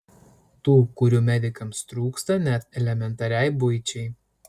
tų kurių medikams trūksta net elementariai buičiai